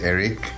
Eric